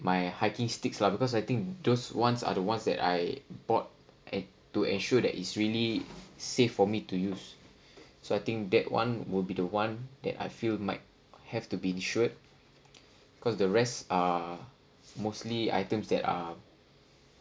my hiking sticks lah because I think those ones are the ones that I bought I to ensure that is really safe for me to use so I think that one would be the one that I feel might have to be insured cause the rest are mostly items that are